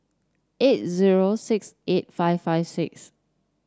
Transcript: eight zero six eight five five six